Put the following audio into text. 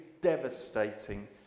devastating